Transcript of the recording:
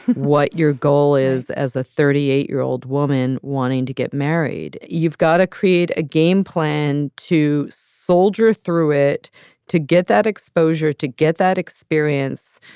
what your goal is as a thirty eight year old woman wanting to get married you've got to create a game plan to soldier through it to get that exposure, to get that experience,